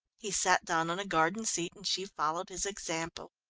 he sat down on a garden seat and she followed his example.